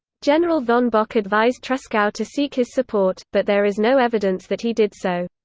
general von bock advised tresckow to seek his support, but there is no evidence that he did so.